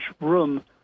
room